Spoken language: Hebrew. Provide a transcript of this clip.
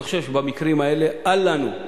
אני חושב שבמקרים האלה אל לנו,